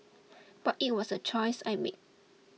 but it was a choice I made